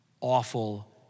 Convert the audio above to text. Awful